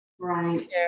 Right